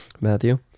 Matthew